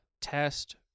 test